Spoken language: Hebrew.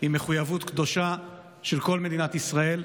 היא מחויבות קדושה של כל מדינת ישראל,